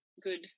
good